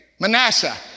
Manasseh